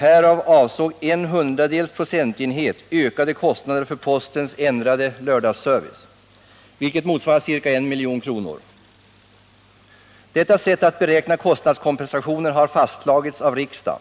Härav avsåg 0,01 procentenhet ökade kostnader för postens ändrade lördagsservice, vilket motsvarar ca 1 milj.kr. Detta sätt att beräkna kostnadskompensationen har fastlagts av riksdagen